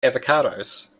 avocados